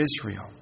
Israel